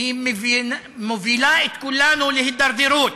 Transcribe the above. היא מובילה את כולנו להידרדרות.